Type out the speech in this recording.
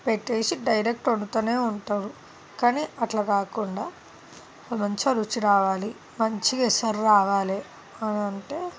పెట్టేసి డైరెక్ట్ వండుతూనే ఉంటారు కానీ అట్లా కాకుండా మంచి రుచి రావాలి మంచిగా ఎసరు రావాలి అని అంటే